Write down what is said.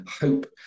hope